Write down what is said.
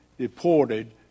deported